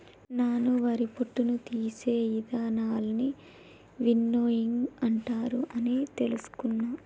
నాను వరి పొట్టును తీసే ఇదానాలన్నీ విన్నోయింగ్ అంటారు అని తెలుసుకున్న